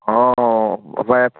ꯑꯣ ꯍꯣꯏ